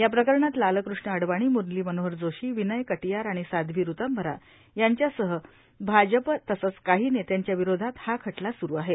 या प्रकरणात लालकष्ण अ वाणीए मुरली मनोहर जोशीए विनय कटियार आणि साध्वी ऋतंभरा यांच्यासह भाजप तसंच काही नेत्यांच्या विरोधात हा खटला सुरू आहे